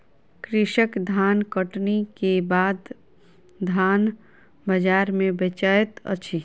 कृषक धानकटनी के बाद धान बजार में बेचैत अछि